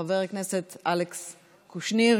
וחבר הכנסת אלכס קושניר,